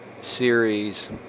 series